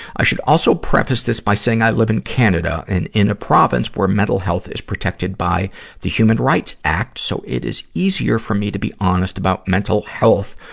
i should also preface this by saying i live in canada, and in a province where mental health is protected by the human right act, so it is easier for me to be honest about mental health,